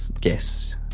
guess